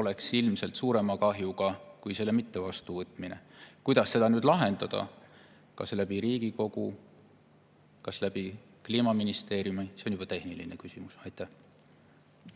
oleks ilmselt suurema kahjuga kui selle mittevastuvõtmine. Kuidas seda lahendada, kas Riigikogu, kas Kliimaministeeriumi kaudu, see on juba tehniline küsimus. Aitäh!